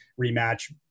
rematch